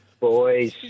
Boys